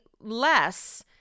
less